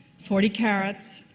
forty carats,